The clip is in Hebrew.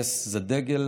נס זה דגל,